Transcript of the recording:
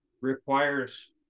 requires